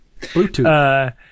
Bluetooth